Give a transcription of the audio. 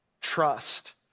trust